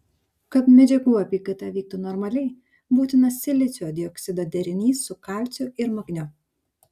kad medžiagų apykaita vyktų normaliai būtinas silicio dioksido derinys su kalciu ir magniu